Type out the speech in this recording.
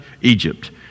Egypt